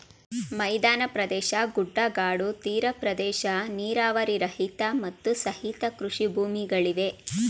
ಮೈದಾನ ಪ್ರದೇಶ, ಗುಡ್ಡಗಾಡು, ತೀರ ಪ್ರದೇಶ, ನೀರಾವರಿ ರಹಿತ, ಮತ್ತು ಸಹಿತ ಕೃಷಿ ಭೂಮಿಗಳಿವೆ